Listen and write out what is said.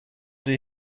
did